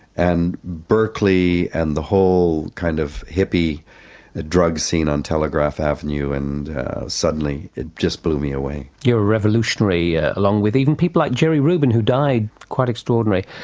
and berkeley and the whole kind of hippie ah drug scene on telegraph avenue and suddenly it just blew me away. you were a revolutionary along with even people like jerry rubin who died, quite extraordinary.